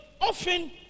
often